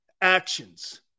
actions